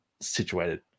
situated